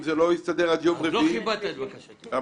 אם זה לא יסתדר עד יום רביעי --- אז לא קיבלת את בקשתי.